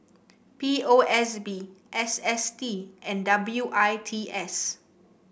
P O S B S S T and W I T S